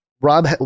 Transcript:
Rob